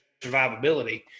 survivability